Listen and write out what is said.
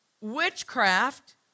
witchcraft